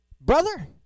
brother